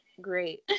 great